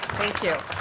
thank you.